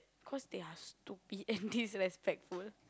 cause they are stupid and disrespectful